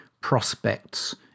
prospects